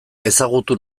ezagutu